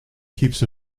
keeps